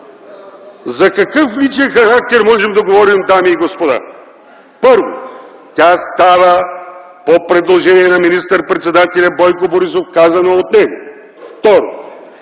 За какъв „личен характер”, можем да говорим, дами и господа?! Първо, тя става по предложение на министър-председателя Бойко Борисов, казано от него.